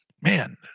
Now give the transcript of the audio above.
man